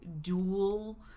dual